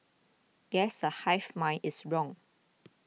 guess the hive mind is wrong